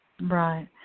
Right